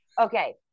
Okay